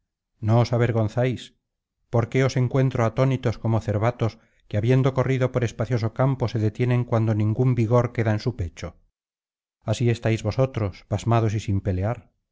no os avergonzáis por qué os encuent o atónitos como cervatos que habiendo corrido por espacioso campo se detienen cuando ningún vigor queda en su pechó así estáis vosotros pasmados y sin pelear